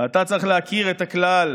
ואתה צריך להכיר את הכלל: